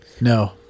No